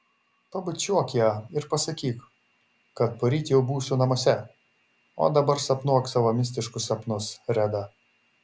pabučiuok ją ir pasakyk kad poryt jau būsiu namuose o dabar sapnuok savo mistiškus sapnus reda